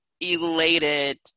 elated